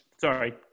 sorry